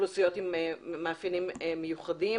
אוכלוסיות בעלות מאפיינים מיוחדים.